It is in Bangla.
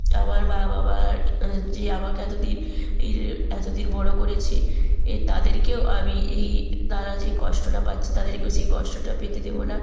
আমার মা বাবা যে আমাকে এতোদিন ই এতোদিন বড়ো করেছে এ তাদেরকেও আমি ই তারা যে কষ্টটা পাচ্ছে তাদেরকেও সেই কষ্টটা পেতে দেব না